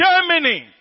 Germany